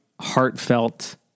heartfelt